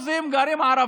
כמו שאמר הרב